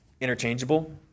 interchangeable